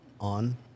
on